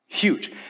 huge